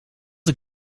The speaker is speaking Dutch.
een